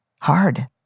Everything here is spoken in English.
Hard